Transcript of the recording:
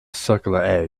circular